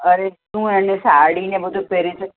અરે શું એણે સાડી ને બધું પહેર્યું છે